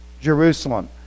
Jerusalem